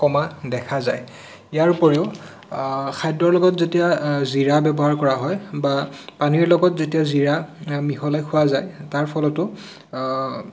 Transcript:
কমা দেখা যায় ইয়াৰ উপৰিও খাদ্যৰ লগত যেতিয়া জিৰা ব্যৱহাৰ কৰা হয় বা পানীৰ লগত যেতিয়া জিৰা মিহলাই খোৱা যায় তাৰ ফলতো